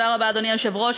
אדוני היושב-ראש,